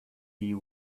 you